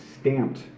stamped